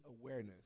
awareness